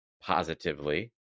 positively